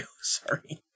Sorry